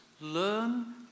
Learn